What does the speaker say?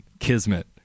kismet